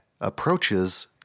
approaches